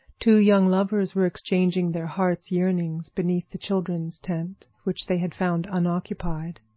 two young lovers were exchanging their hearts' yearnings beneath the children's tent, which they had found unoccupied.